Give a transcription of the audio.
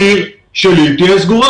העיר שלי תהיה סגורה